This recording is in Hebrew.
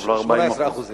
קרוב ל-40%.